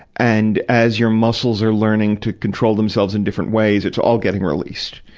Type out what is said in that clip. and as your muscles are learning to control themselves in different ways, it's all getting released.